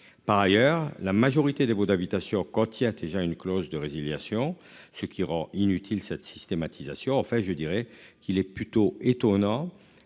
Par ailleurs, la majorité des baux d'habitation quand il a déjà une clause de résiliation. Ce qui rend inutile cette systématisation en fait je dirais qu'il est plutôt étonnant